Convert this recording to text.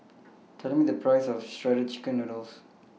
Tell Me The Price of Shredded Chicken Noodles